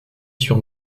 sur